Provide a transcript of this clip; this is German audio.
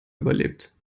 überlebt